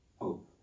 hope